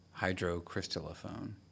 hydrocrystallophone